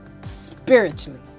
spiritually